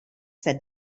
said